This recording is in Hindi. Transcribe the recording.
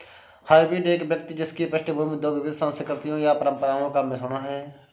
हाइब्रिड एक व्यक्ति जिसकी पृष्ठभूमि दो विविध संस्कृतियों या परंपराओं का मिश्रण है